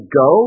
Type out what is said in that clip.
go